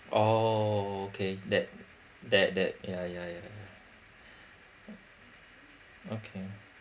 oh okay that that that yeah yeah yeah okay